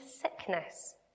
sickness